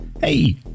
Hey